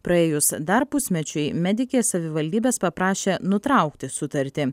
praėjus dar pusmečiui medikė savivaldybės paprašė nutraukti sutartį